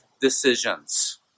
decisions